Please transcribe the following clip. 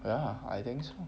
ya I think so